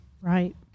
Right